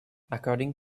according